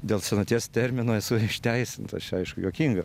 dėl senaties termino esu išteisintas čia aišku juokinga